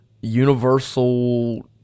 universal